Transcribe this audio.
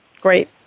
Great